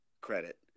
credit